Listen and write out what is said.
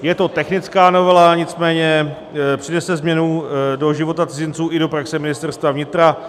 Je to technická novela, nicméně přinese změnu do života cizinců i do praxe Ministerstva vnitra.